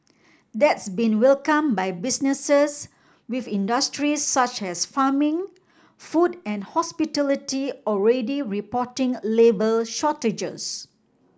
that's been welcome by businesses with industries such as farming food and hospitality already reporting labour shortages